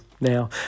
now